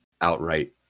outright